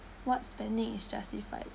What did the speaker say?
what spending is justified